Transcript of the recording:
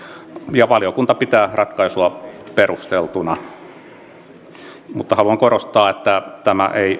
ja valiokunta pitää ratkaisua perusteltuna mutta haluan korostaa että tämä ei